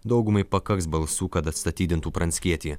daugumai pakaks balsų kad atstatydintų pranckietį